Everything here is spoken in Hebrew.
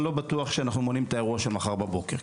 בטוח שאנחנו מונעים את האירוע של מחר בבוקר,